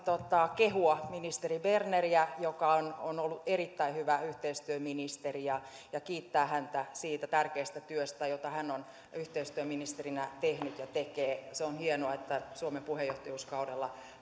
kehua ministeri berneriä joka on on ollut erittäin hyvä yhteistyöministeri ja ja kiittää häntä siitä tärkeästä työstä jota hän on yhteistyöministerinä tehnyt ja tekee on hienoa että suomen puheenjohtajuuskaudella